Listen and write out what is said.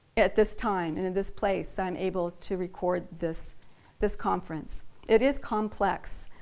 at this time, and in this place, i'm able to record this this conferenence. it is complex.